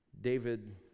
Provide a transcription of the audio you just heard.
David